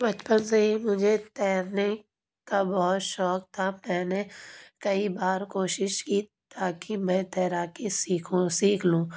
بچپن سے ہی مجھے تیرنے کا بہت شوق تھا میں نے کئی بار کوشش کی تاکہ میں تیراکی سیکھوں سیکھ لوں